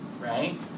right